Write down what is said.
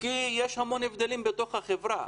כי יש המון הבדלים בתוך החברה.